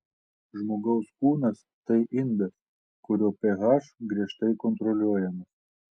žmogaus kūnas tai indas kurio ph griežtai kontroliuojamas